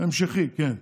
המשכי, כן.